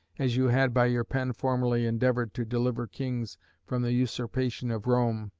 as you had by your pen formerly endeavoured to deliver kings from the usurpation of rome,